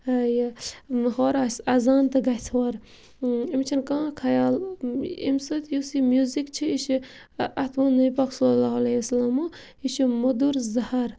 یہِ ہورٕ آسہِ اَذان تہٕ گَژھِ ہورٕ أمِس چھنہٕ کانٛہہ خیال امہِ سۭتۍ یُس یہِ میوٗزِک چھُ یہِ چھُ اَتھ ووٚن نبی پاک صلی اللہ علیہ وسلمو یہِ چھُ موٚدُر زہر